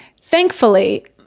thankfully